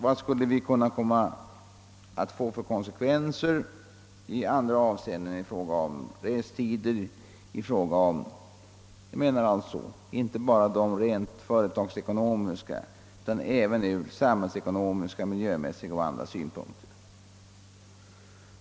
Och vilka kan konsekvenserna bli i andra avseenden? Jag tänker här exempelvis på restider och liknande, alltså inte bara på företagsekonomiska utan även samhällsekonomiska och miljömässiga synpunkter.